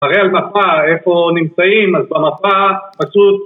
‫תראה על מפה איפה נמצאים, ‫אז במפה פשוט...